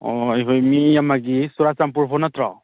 ꯑꯣ ꯑꯩꯈꯣꯏ ꯃꯤ ꯑꯃꯒꯤ ꯆꯨꯔꯆꯥꯟꯄꯨꯔ ꯐꯥꯎ ꯅꯠꯇ꯭ꯔꯣ